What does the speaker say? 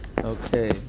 Okay